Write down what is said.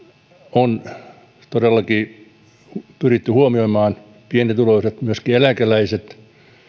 on todellakin pyritty huomioimaan pienituloiset myöskin eläkeläiset